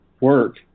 work